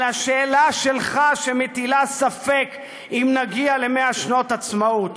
על השאלה שלך שמטילה ספק אם נגיע ל-100 שנות עצמאות,